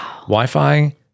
Wi-Fi